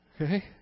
Okay